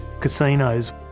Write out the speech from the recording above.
Casinos